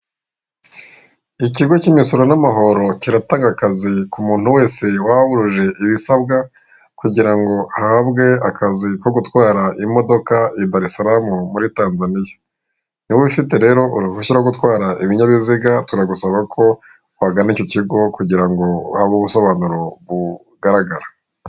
Ikigo cy'imisoro n'amahoro kiratanga akazi ku muntu wese waba wujuje ibisabwa, kugirango ahabwe akazi ko gutwara imodoka i Darisaramu muri Tanzaniya. Niba ufite rero uruhushya rwo gutwara ibinyabiziga turagusaba ko wagana icyo kigo kugirango uhabwe ubusobanuro bugaragara.